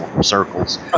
circles